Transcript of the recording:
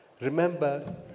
Remember